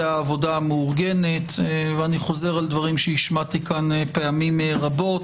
העבודה המאורגנת ואני חוזר על דברים שהשמעתי פה פעמים רבות,